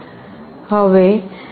હવે જુઓ કે તે શું મૂલ્ય છાપશે